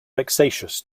vexatious